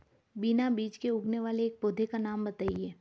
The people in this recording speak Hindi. बिना बीज के उगने वाले एक पौधे का नाम बताइए